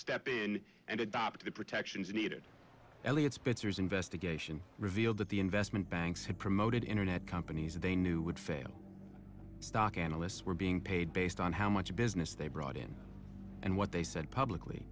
step in and adopt the protections needed eliot spitzer's investigation revealed that the investment banks had promoted internet companies they knew would fail stock analysts were being paid based on how much business they brought in and what they said publicly